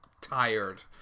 tired